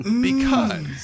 Because-